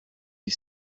you